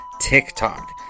TikTok